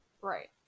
Right